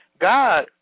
God